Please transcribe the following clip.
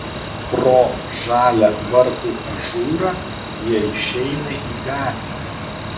pro žalią vartų ažūrą jie išeina į gatvę